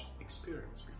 experience